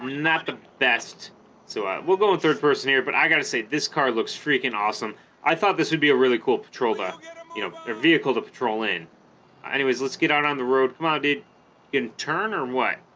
not the best so i will go in third person here but i gotta say this car looks freaking awesome i thought this would be a really cool petrova you know their vehicle to patrol in anyways let's get out on the road come on did in turn or what